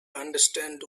understand